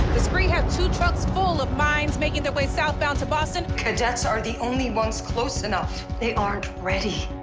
the spree have two trucks full of mines making their way southbound to boston. cadets are the only ones close enough. they aren't ready.